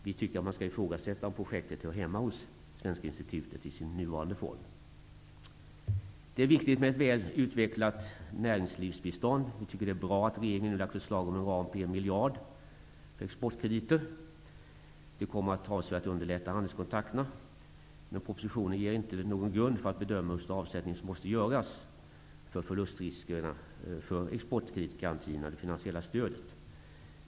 Vi tycker att man skall ifrågasätta om projektet i sin nuvarande form hör hemma hos Det är viktigt med ett väl utvecklat näringslivsbistånd. Vi tycker att det är bra att regeringen nu har lagt fram förslag om en ram på en miljard för exportkrediter. Det kommer att underlätta handelskontakterna avsevärt. Propositionen ger emellertid inte någon grund för att bedöma hur stor avsättning som måste göras för förlustrisker för eportkreditgarantier och det finansiella stödet.